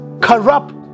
corrupt